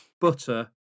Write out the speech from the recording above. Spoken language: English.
butter